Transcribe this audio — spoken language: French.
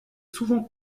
souvent